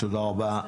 תודה רבה.